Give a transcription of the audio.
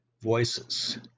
voices